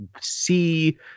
see